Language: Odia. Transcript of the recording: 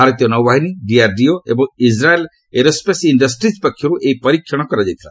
ଭାରତୀୟ ନୌବାହିନୀ ଡିଆର୍ଡିଓ ଏବଂ ଇକ୍ରାଏଲ୍ ଏରୋସେସ୍ ଇଣ୍ଡଷ୍ଟ୍ରିକ୍ ପକ୍ଷରୁ ଏହି ପରୀକ୍ଷଣ କରାଯାଇଥିଲା